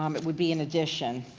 um it would be in addition.